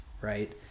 right